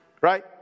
right